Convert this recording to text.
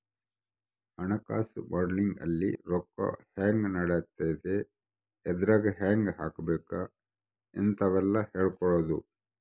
ಹಣಕಾಸು ಮಾಡೆಲಿಂಗ್ ಅಲ್ಲಿ ರೊಕ್ಕ ಹೆಂಗ್ ನಡಿತದ ಎದ್ರಾಗ್ ಹೆಂಗ ಹಾಕಬೇಕ ಇಂತವೆಲ್ಲ ಹೇಳ್ಕೊಡೋದು